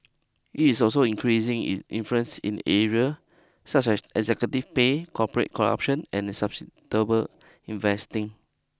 it is also increasing its influence in areas such as executive pay corporate corruption and investing